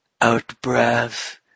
Out-breath